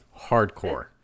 hardcore